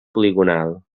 poligonal